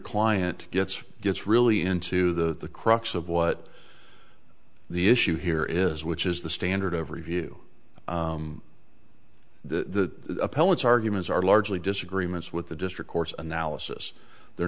client gets gets really into the crux of what the issue here is which is the standard of review the appellate arguments are largely disagreements with the district court's analysis the